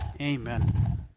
Amen